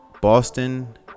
Boston